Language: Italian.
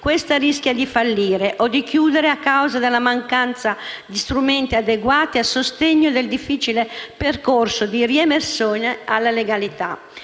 questa rischia di fallire o di chiudere a causa della mancanza di strumenti adeguati a sostegno del difficile percorso di riemersione alla legalità.